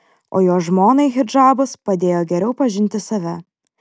o jo žmonai hidžabas padėjo geriau pažinti save